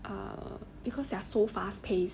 err because they are so fast pace